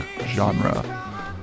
genre